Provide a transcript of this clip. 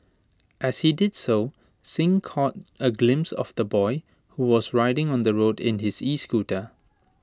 as he did so Singh caught A glimpse of the boy who was riding on the road in his escooter